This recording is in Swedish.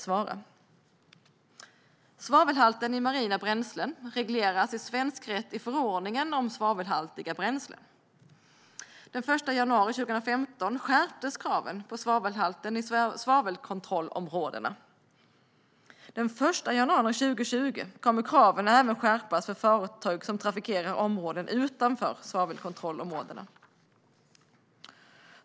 Svavelhalten i marina bränslen regleras i svensk rätt i förordningen om svavelhaltigt bränsle. Den 1 januari 2015 skärptes kraven på svavelhalten i svavelkontrollområdena. Den 1 januari 2020 kommer kraven även att skärpas för fartyg som trafikerar områden utanför svavelkontrollområden.